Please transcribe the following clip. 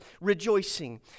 rejoicing